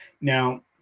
Now